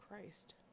Christ